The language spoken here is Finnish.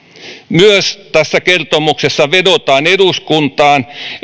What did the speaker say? tässä kertomuksessa myös vedotaan eduskuntaan